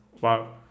wow